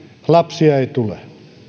lapsia ei tule